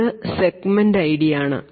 അത് segment ID ആണ്